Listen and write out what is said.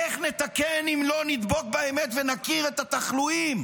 איך נתקן אם לא נדבק באמת ונכיר את התחלואים?